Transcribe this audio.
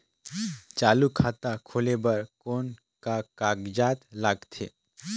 चालू खाता खोले बर कौन का कागजात लगथे?